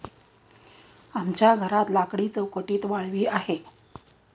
आमच्या घरात लाकडी चौकटीत वाळवी आहे